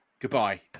Goodbye